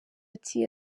ati